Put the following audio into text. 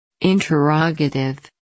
Interrogative